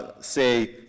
say